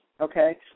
okay